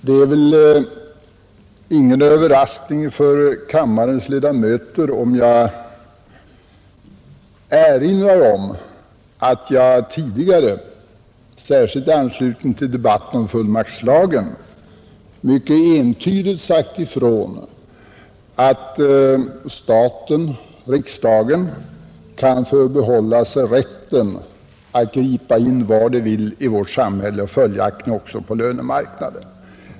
Det är väl ingen överraskning för kammarens ledamöter, om jag erinrar om att jag tidigare, särskilt i anslutning till debatten om fullmaktslagen, mycket entydigt sagt ifrån att riksdagen kan förbehålla sig rätten att gripa in var den vill i vårt samhälle, följaktligen också på lönemarknaden.